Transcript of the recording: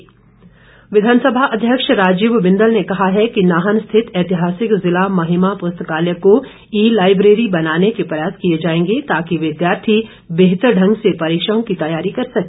library विधानसभा अध्यक्ष राजीव बिंदल ने कहा है कि नाहन स्थित ऐतिहासिक जिला महिमा पुस्तकालय को ई लाईब्रेरी बनाने के प्रयास किए जाएंगे ताकि विद्यार्थी बेहतर ढंग से परीक्षाओं की तैयारी कर सके